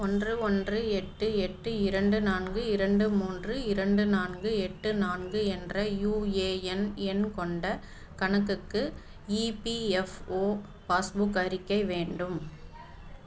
ஒன்று ஒன்று எட்டு எட்டு இரண்டு நான்கு இரண்டு மூன்று இரண்டு நான்கு எட்டு நான்கு என்ற யூஏஎன் எண் கொண்ட கணக்குக்கு இபிஎஃப்ஓ பாஸ்புக் அறிக்கை வேண்டும்